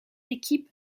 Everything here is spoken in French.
équipe